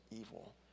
evil